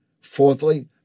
Fourthly